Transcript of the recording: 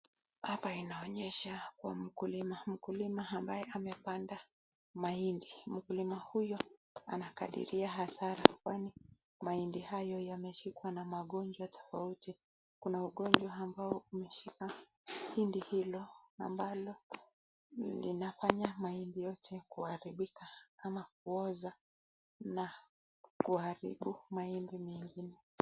Hapa inaonyesha kwa mkulima mkulima amepanda mahindi mkulima huyo anakadhiria hasara kwani mahindi hayo yameshikwa na magonjwa tofauti tofauti kuna ugonjwa ambao umeshika mahindi hilo ambalo linafanya mahindi yote kuharibika ama kuoza na kuharibu mahindi mengine.